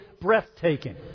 breathtaking